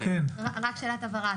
רק שאלת הבהרה,